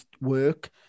work